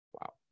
Wow